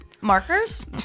Markers